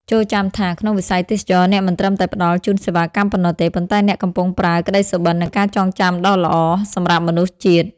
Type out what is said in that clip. ចូរចាំថា ក្នុងវិស័យទេសចរណ៍ អ្នកមិនត្រឹមតែផ្ដល់ជូនសេវាកម្មប៉ុណ្ណោះទេ ប៉ុន្តែអ្នកកំពុងប្រើ "ក្តីសុបិន និងការចងចាំដ៏ល្អ" សម្រាប់មនុស្សជាតិ។